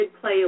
play